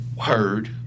Heard